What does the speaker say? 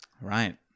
Right